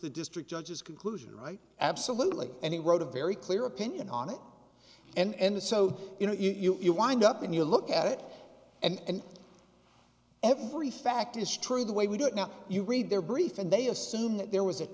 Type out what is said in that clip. the district judges conclusion right absolutely and he wrote a very clear opinion on it and so you know you you wind up and you look at it and every fact is true the way we do it now you read their brief and they assume that there was